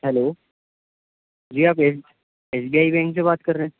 hello جی آپ S S B I bank سے بات کر رہے ہیں